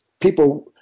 people